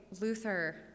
Luther